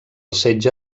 setge